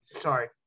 sorry